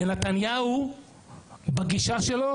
ונתניהו בגישה שלו